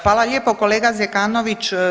Hvala lijepo kolega Zekanović.